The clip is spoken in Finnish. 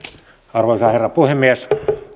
arvoisa herra puhemies